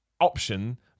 option